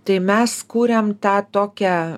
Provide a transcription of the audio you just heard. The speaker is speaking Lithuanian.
tai mes kuriam tą tokią